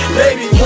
baby